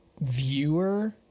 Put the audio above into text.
viewer